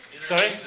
Sorry